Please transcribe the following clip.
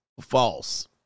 false